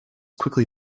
quickly